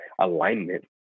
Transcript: alignment